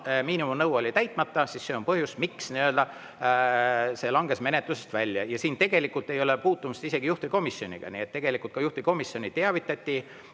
miinimumnõue oli täitmata, on põhjus, miks see langes menetlusest välja. Ja siin tegelikult ei ole puutumust isegi juhtivkomisjoniga. Tegelikult ka juhtivkomisjoni teavitati